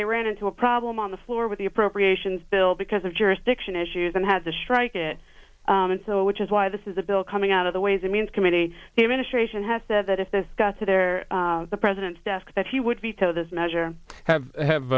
they ran into a problem on the floor with the appropriations bill because of jurisdiction issues and has a strike it and so which is why this is a bill coming out of the ways and means committee the administration has said that if this got to their the president's desk that he would veto this measure have